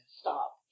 stop